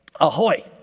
ahoy